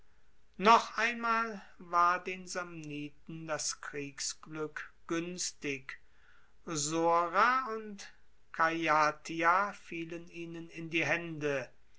noch einmal war den samniten das kriegsglueck guenstig sora und caiatia fielen ihnen in die haende